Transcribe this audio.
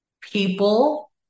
people